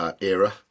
era